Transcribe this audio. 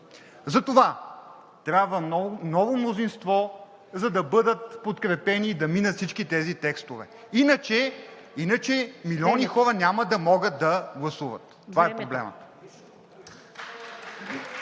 Затова трябва ново мнозинство, за да бъдат подкрепени и да минат всички тези текстове, иначе милиони хора няма да могат да гласуват. Това е проблемът.